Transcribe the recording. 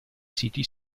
siti